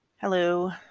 Hello